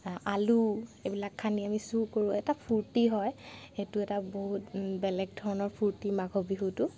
আলু এইবিলাক খান্দি আনি চুৰ কৰোঁ এটা ফূৰ্তি হয় সেইটো এটা বহুত বেলেগ ধৰণৰ ফূৰ্তি মাঘ বিহুটো